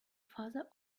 father